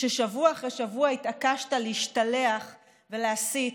כששבוע אחרי שבוע התעקשת להשתלח ולהסית